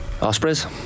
Ospreys